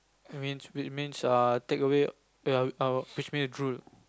it means which means err takeaway which means drool